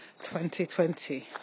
2020